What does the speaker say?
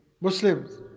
Muslims